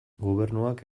gobernuak